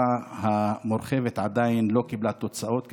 המשפחה המורחבת עדיין לא קיבלה תוצאות,